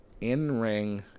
in-ring